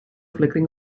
flickering